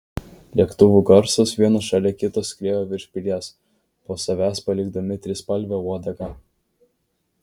lėktuvų garsas vienas šalia kito skriejo virš pilies po savęs palikdami trispalvę uodegą